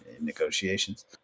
negotiations